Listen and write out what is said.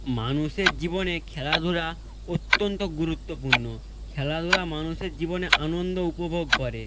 মানুষের জীবনে খেলাধুলা অত্যন্ত গুরুত্বপূর্ণ খেলাধুলা মানুষের জীবনে আনন্দ উপভোগ করে